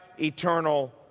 eternal